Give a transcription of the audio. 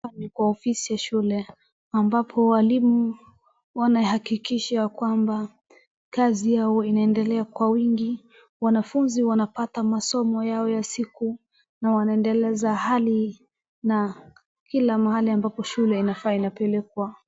Hapa ni kwa ofisi ya shule, ambapo walimu wamehakikisha kwamba kazi yao inaendelea kwa wingi, wanafunzi wanapata masomo yao ya siku, na wanaendeleza hali na kila mahali ambapo shule inafaa inapelekwa.